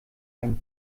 einen